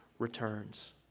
Returns